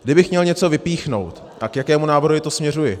Kdybych měl něco vypíchnout, tak k jakému návrhu to směřuji.